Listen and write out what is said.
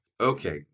Okay